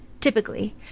typically